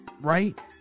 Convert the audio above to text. right